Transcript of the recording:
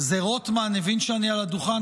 זה רוטמן הבין שאני על הדוכן,